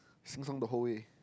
sing song the whole way